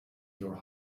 your